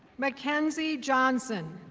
mckenzie johnson.